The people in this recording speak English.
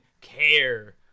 care